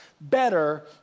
better